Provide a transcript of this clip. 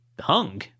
hung